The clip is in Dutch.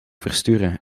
versturen